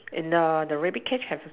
in the the rabbit cage have